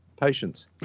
patience